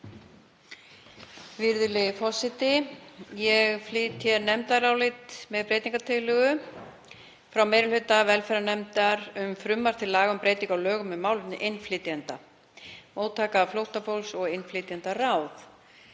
Virðulegi forseti. Ég flyt hér nefndarálit með breytingartillögu frá meiri hluta velferðarnefndar um frumvarp til laga um breytingu á lögum um málefni innflytjenda, móttaka flóttafólks og innflytjendaráð.